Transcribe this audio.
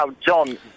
John